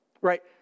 right